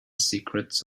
secrets